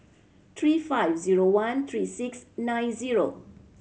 three five zero one three six nine zero